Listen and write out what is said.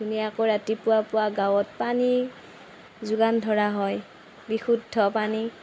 ধুনীয়াকৈ ৰাতিপুৱা পুৱা গাঁৱত পানী যোগান ধৰা হয় বিশুদ্ধ পানী